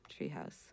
treehouse